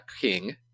king